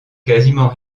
quasiment